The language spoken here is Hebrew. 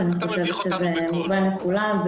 שאני חושבת שזה מובן לכולם,